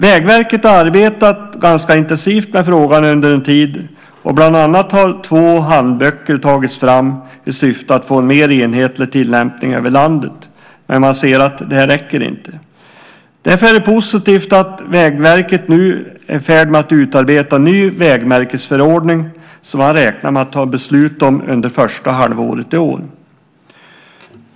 Vägverket har arbetat ganska intensivt med frågan under en tid, och bland annat har två handböcker tagits fram i syfte att få en mer enhetlig tillämpning över landet, men man ser att det här inte räcker. Därför är det positivt att Vägverket nu är i färd med att utarbeta en ny vägmärkesförordning som man räknar med att ta beslut om under första halvåret i år.